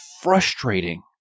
frustrating